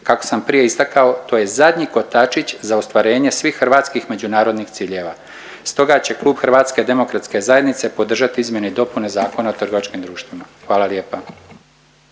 kako sam prije istakao to je zadnji kotačić za ostvarenje svih Hrvatskih međunarodnih ciljeva. Stoga će klub HDZ-a podržat izmjene i dopune Zakona o trgovačkim društvima. Hvala lijepa.